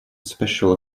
special